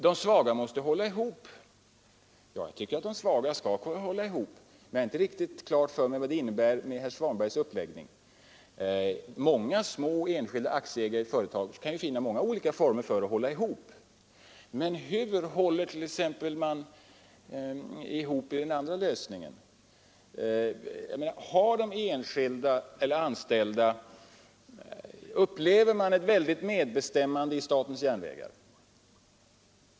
De svaga måste hålla ihop, säger herr Svanberg. Jag tycker också att de svaga skall kunna hålla ihop, men jag har inte riktigt klart för mig vad det innebär med herr Svanbergs uppläggning. Många små aktieägare i ett företag kan finna olika former att hålla ihop, men hur håller man ihop vid den andra lösningen? Upplever de anställda ett stort medinflytande i statens järnvägar?